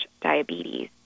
diabetes